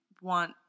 want